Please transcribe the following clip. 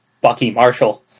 Bucky-Marshall